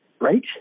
right